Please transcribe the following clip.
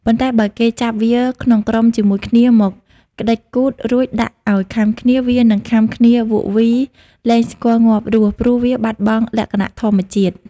ប៉ុន្តែបើគេចាប់វាក្នុងក្រុមជាមួយគ្នាមកក្ដិចគូទ រួចដាក់ឲ្យខាំគ្នា វានឹងខាំគ្នាវក់វី លែស្គាល់ងាប់រស់ ព្រោះវាបាត់បង់លក្ខណៈធម្មជាតិ ។